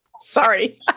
Sorry